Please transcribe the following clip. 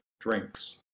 drinks